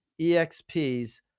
EXPs